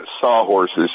sawhorses